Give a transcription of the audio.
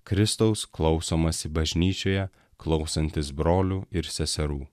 kristaus klausomasi bažnyčioje klausantis brolių ir seserų